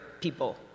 people